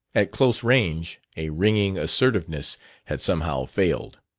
at close range a ringing assertiveness had somehow failed.